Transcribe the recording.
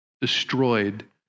destroyed